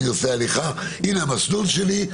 הינה המסלול שלי",